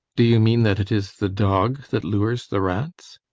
do you mean that it is the dog that lures the rats?